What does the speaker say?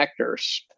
connectors